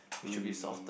we should be softer